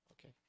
Okay